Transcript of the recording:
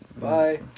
Bye